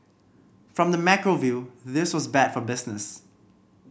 from the macro view this was bad for business